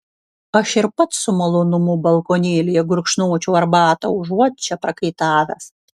aš ir pats su malonumu balkonėlyje gurkšnočiau arbatą užuot čia prakaitavęs